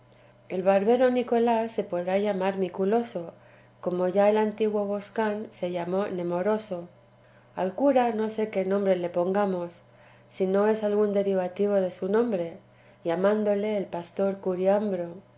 el barbero nicolás se podrá llamar miculoso como ya el antiguo boscán se llamó nemoroso al cura no sé qué nombre le pongamos si no es algún derivativo de su nombre llamándole el pastor